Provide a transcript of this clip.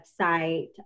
website